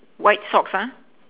white socks ah